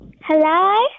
Hello